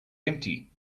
empty